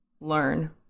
learn